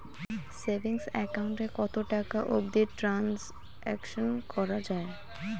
Savings account এ কতো টাকা অবধি ট্রানসাকশান করা য়ায়?